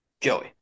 Joey